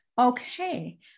Okay